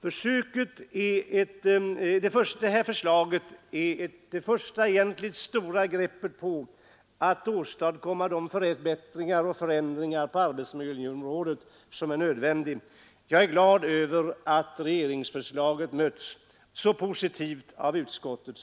Det här förslaget är egentligen det första stora greppet på att åstadkomma de förbättringar och förändringar på arbetsmiljöområdet som är nödvändiga. Jag är glad över att regeringsförslaget mötts så positivt av utskottet.